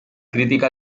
crítica